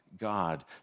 God